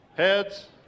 Heads